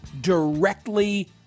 directly